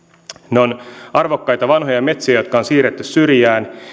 ne ovat arvokkaita vanhoja metsiä jotka on siirretty syrjään